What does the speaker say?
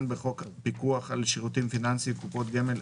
בחוק הפיקוח על שירותים פיננסיים (קופות גמל),